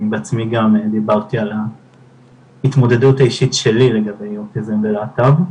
אני בעצמי גם דיברתי על ההתמודדות האישית שלי לגבי אוטיזם ולהט"ב,